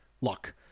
luck